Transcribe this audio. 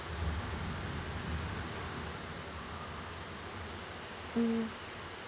mm